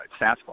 Sasquatch